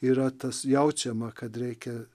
yra tas jaučiama kad reikia